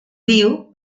viu